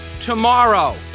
tomorrow